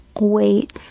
wait